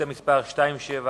שאילתא מס' 271,